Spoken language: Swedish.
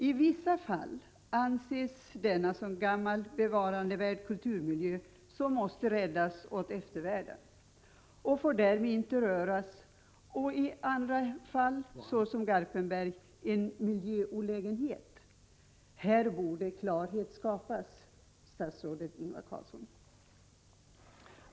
I vissa fall anses denna som gammal, bevarandevärd kulturmiljö som måste räddas åt eftervärlden och får därvid inte röras. I andra fall, såsom Garpenberg, anses den vara en miljöolägenhet. Här borde klarhet skapas, statsrådet Ingvar Carlsson.